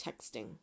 texting